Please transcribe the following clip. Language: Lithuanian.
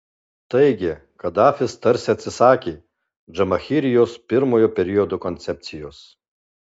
taigi kadafis tarsi atsisakė džamahirijos pirmojo periodo koncepcijos